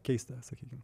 keista sakykim